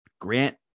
Grant